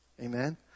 Amen